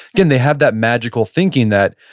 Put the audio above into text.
again, they have that magical thinking that,